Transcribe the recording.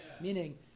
Meaning